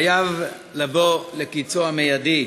חייב לבוא לקצו המיידי.